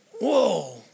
Whoa